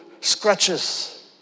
scratches